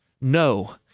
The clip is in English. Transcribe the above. No